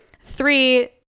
three